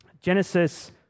Genesis